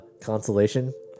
consolation